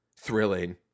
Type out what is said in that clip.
thrilling